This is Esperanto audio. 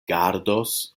gardos